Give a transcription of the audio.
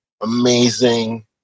amazing